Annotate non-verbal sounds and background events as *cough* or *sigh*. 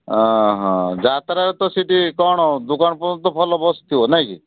ଯାତ୍ରାରେ ତ ସେଠି କ'ଣ ଦୋକାନ *unintelligible* ଭଲ ବସିଥିବ ନାଇଁ କି